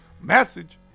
Message